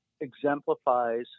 exemplifies